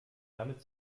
damit